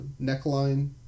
neckline